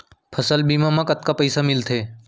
फसल बीमा म कतका पइसा मिलथे?